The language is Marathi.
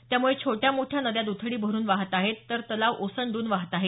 त्यामुळे छोट्या मोठ्या नद्या द्रथडी भरुन वाहत आहेत तर तलाव ओसंडून वाहत आहेत